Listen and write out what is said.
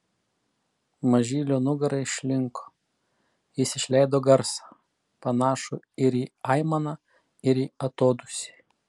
mažylio nugara išlinko jis išleido garsą panašų ir į aimaną ir į atodūsį